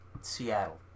Seattle